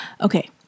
Okay